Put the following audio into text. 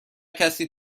کسی